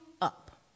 up